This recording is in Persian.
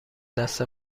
دست